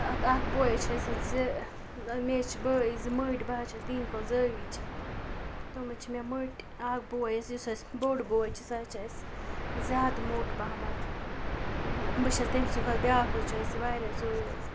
اَتھ اَکھ بوے حظ چھِ اَسہِ زِ مےٚ حظ چھِ بٲے زِ مٔٹۍ بہٕ حظ چھَس تِہنٛدِ کھۄتہٕ زٲوِج تِم حظ چھِ مےٚ مٔٹۍ اَکھ بوے حظ یُس اَسہِ بوٚڑ بوے چھِ سُہ حظ چھِ اَسہِ زیادٕ موٚٹ پَہمَتھ بہٕ چھَس تٔمۍ سٕنٛدۍ کھۄتہٕ بیٛاکھ حظ چھُ اَسہِ واریاہ زٲویُل